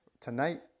tonight